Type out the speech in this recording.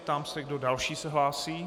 Ptám se, kdo další se hlásí.